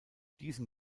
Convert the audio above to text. diesen